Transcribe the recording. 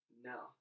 no